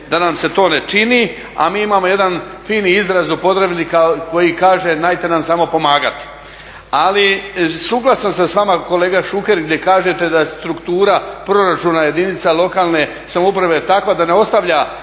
da nam se to ne čini, a mi imamo jedan fini izraz u Podravini koji kaže: "Najte nam samo pomagat." Ali suglasan sam sa vama kolega Šuker, gdje kažete da struktura proračuna jedinica lokalne samouprave je takva da ne ostavlja